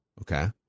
okay